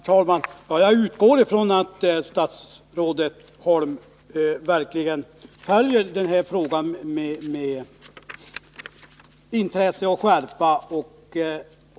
Herr talman! Jag utgår från att statsrådet Holm verkligen följer den här frågan med intresse och skärpa.